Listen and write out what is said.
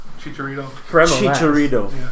Chicharito